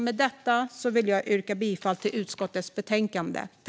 Med detta vill jag yrka bifall till utskottets förslag i betänkandet.